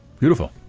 beautiful.